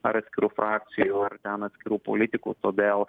ar atskirų frakcijų ar ten atskirų politikų todėl